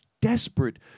desperate